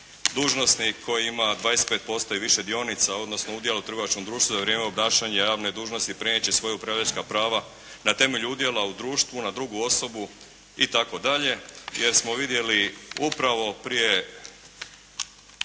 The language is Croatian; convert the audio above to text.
dužnosnik koji ima 25% i više dionica, odnosno udjela u trgovačkom društvu za vrijeme obnašanja javne dužnosti prenijet će svoja upravljačka prava na temelju udjela u društvu na drugu osobu itd. jer smo vidjeli upravo prije